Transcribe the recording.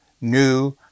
new